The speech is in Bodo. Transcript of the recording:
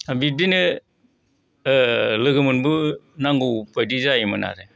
बिब्दिनो लोगो मोनबो नांगौ बायदि जायोमोन आरो